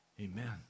Amen